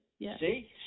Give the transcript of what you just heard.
See